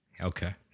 Okay